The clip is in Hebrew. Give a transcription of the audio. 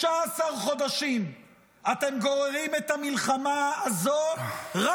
15 חודשים אתם גוררים את המלחמה הזו רק